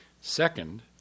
Second